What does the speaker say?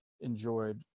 enjoyed